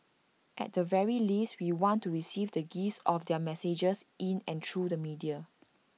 at the very least we want to receive the gist of their messages in and through the media